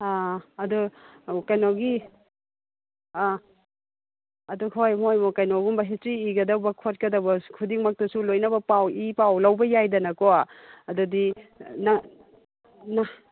ꯑꯥ ꯑꯗꯣ ꯀꯩꯅꯣꯒꯤ ꯑꯥ ꯑꯗꯨ ꯍꯣꯏ ꯃꯣꯏ ꯀꯩꯅꯣꯒꯨꯝꯕ ꯍꯤꯁꯇ꯭ꯔꯤ ꯏꯒꯗꯧꯕ ꯈꯣꯠꯀꯗꯕ ꯈꯨꯗꯤꯡꯃꯛꯇꯨꯁꯨ ꯂꯣꯏꯅꯃꯛ ꯄꯥꯎ ꯏ ꯄꯥꯎ ꯂꯧꯕ ꯌꯥꯏꯗꯅꯀꯣ ꯑꯗꯨꯗꯤ ꯅꯪ ꯅꯪ